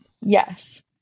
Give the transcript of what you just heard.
yes